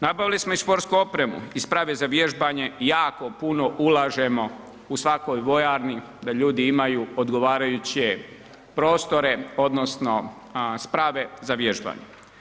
Nabavili smo i sportsku opremu i sprave za vježbanje i jako puno ulažemo u svakoj vojarni da ljudi imaju odgovarajuće prostore, odnosno sprave za vježbanje.